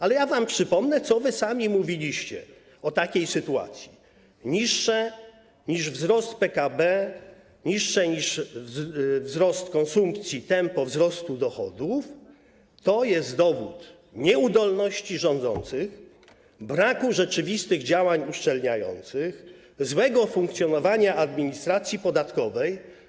Ale ja wam przypomnę, co wy sami mówiliście o takiej sytuacji: Niższe niż wzrost PKB, niższe niż wzrost konsumpcji tempo wzrostu dochodów to jest dowód nieudolności rządzących, braku rzeczywistych działań uszczelniających, złego funkcjonowania administracji podatkowej.